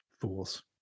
Fools